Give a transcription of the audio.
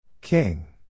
King